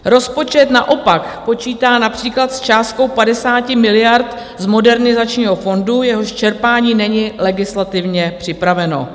Rozpočet naopak počítá například s částkou 50 miliard z Modernizačního fondu, jehož čerpání není legislativně připraveno.